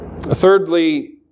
Thirdly